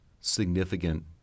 significant